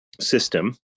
system